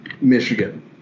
Michigan